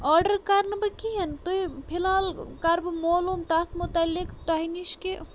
order کَرنہٕ بہٕ کِہیٖنۍ تُہۍ فِلحال کرٕ بہٕ مولوٗم تَتھ مُتعلِق تۄہہِ نِش کہِ